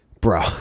Bro